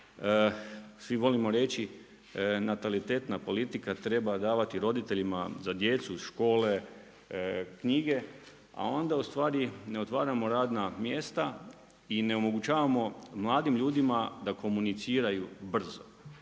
Svi volimo reći natalitetna politika treba davati roditeljima za djecu, škole knjige, a onda u stvari ne otvaramo radna mjesta i ne omogućavamo mladim ljudima da komuniciraju brzo.